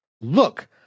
Look